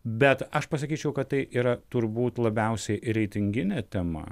bet aš pasakyčiau kad tai yra turbūt labiausiai reitinginė tema